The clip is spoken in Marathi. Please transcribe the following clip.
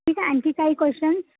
ठीक आहे आणखी काही क्वश्चन